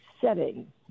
setting